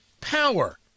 power